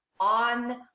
On